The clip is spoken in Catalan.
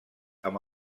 amb